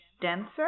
denser